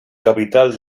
capital